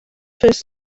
first